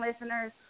listeners